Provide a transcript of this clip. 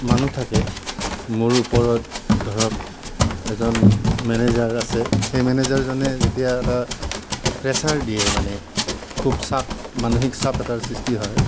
মানুহ থাকে মোৰ ওপৰত ধৰক এজন মেনেজাৰ আছে সেই মেনেজাৰজনে যেতিয়া এটা প্ৰেছাৰ দিয়ে মানে খুব চাপ মানসিক চাপ এটাৰ সৃষ্টি হয়